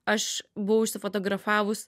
aš buvau užsifotografavus